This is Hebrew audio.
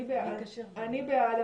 אני בעד,